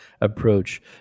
approach